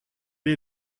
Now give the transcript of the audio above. est